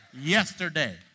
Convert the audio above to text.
yesterday